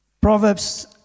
Proverbs